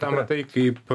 tą matai kaip